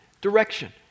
Direction